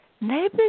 neighbors